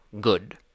good